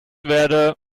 werde